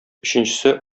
өченчесе